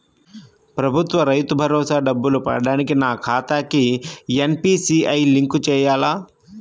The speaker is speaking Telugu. ప్రభుత్వ రైతు భరోసా డబ్బులు పడటానికి నా ఖాతాకి ఎన్.పీ.సి.ఐ లింక్ చేయాలా?